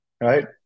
right